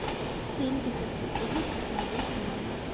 सेम के सब्जी बहुत ही स्वादिष्ट होबा हई